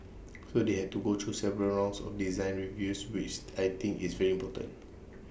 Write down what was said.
so they had to go through several rounds of design reviews which I think is very important